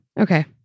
Okay